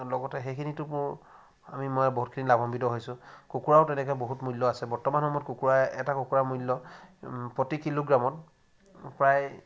লগতে সেইখিনিতো মোৰ আমি মই বহুতখিনি লাভাম্বিত হৈছোঁ কুকুৰাও তেনেকৈ বহুত মূল্য আছে বৰ্তমান সময়ত কুকুৰা এটা কুকুৰাৰ মূল্য প্ৰতি কিলোগ্ৰামত প্ৰায়